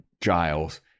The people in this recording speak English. Giles